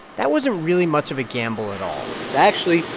that wasn't really much of a gamble at all actually,